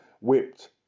whipped